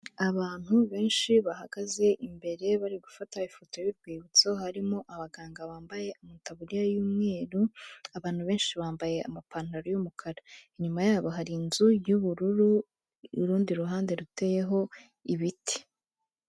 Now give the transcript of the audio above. Abantu benshi bahagaze imbere bari gufata ifoto y'urwibutso, harimo abaganga bambaye amataburiya y'umweru, abantu benshi bambaye amapantaro y'umukara. Inyuma yabo hari inzu y'ubururu, urundi ruhande ruteyeho ibiti.